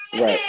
right